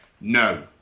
No